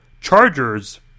Chargers